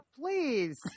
Please